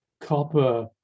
copper